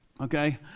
okay